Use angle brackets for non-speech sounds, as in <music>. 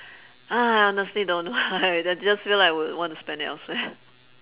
ah honestly don't know <noise> just feel like I would want to spend it elsewhere